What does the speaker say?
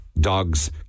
dogs